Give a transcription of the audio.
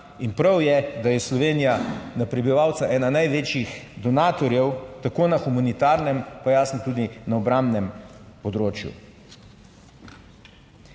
In prav je, da je Slovenija na prebivalca ena največjih donatorjev tako na humanitarnem, pa, jasno, tudi na obrambnem področju.